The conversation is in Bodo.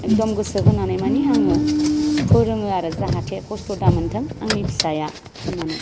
एकदम गोसो होनानै माने आङो फोरोङो आरो जाहाथे खस्थ' दा मोनथों आंनि फिसाया होननानै